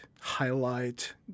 highlight